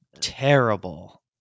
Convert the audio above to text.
terrible